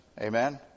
Amen